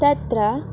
तत्र